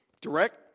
direct